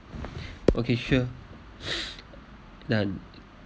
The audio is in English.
okay sure done